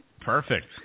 Perfect